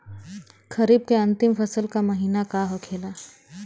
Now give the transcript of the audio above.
खरीफ के अंतिम फसल का महीना का होखेला?